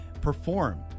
Perform